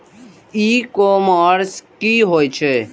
ई commerce की होय छेय?